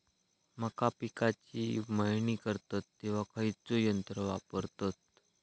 मका पिकाची मळणी करतत तेव्हा खैयचो यंत्र वापरतत?